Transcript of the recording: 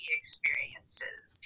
experiences